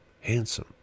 handsome